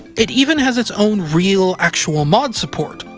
it even has its own real, actual mod support,